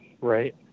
right